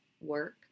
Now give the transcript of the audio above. work